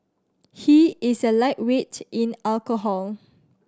he is a lightweight in alcohol